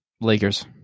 Lakers